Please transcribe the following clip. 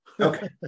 Okay